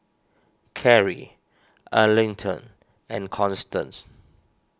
Karrie Arlington and Constance